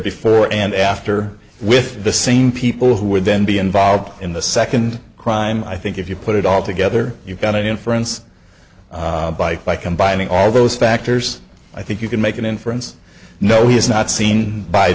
before and after with the same people who would then be involved in the second crime i think if you put it all together you've got an inference by by combining all those factors i think you can make an inference no he's not seen by